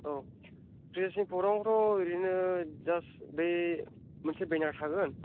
औ फ्रिसनि प्रग्रामावथ' ओरैनो जास्त बै मोनसे बेनार थागोन